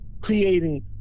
creating